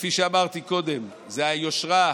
כפי שאמרתי קודם, זה היושרה,